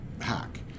hack